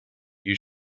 you